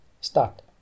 Start